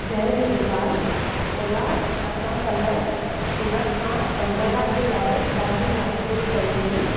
जय Jhulelal Ola असां कल्ह सूरत खां अहमदाबाद जे लाइ तव्हांजी गाॾी बुक कई हुई